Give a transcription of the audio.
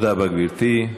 תודה רבה, גברתי.